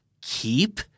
Keep